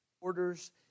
orders